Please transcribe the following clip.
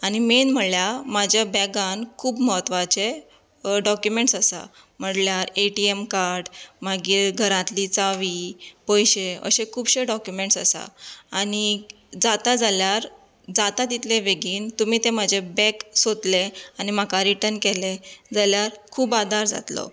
आनी मेन म्हणल्यार म्हज्या बॅगान खूब म्हत्वाचे डॉक्युमेंट्स आसा म्हणल्यार ऍटिएम कार्ड मागीर घरांतली चावी पयशें अशें खुबशें डॉक्युमेंट्स आसा आनीक जाता जाल्यार जाता तितलें बेगीन तुमी तें म्हजे बॅग सोदलें आनी म्हाका रिर्टन केलें जाल्यार खूब आदार जातलो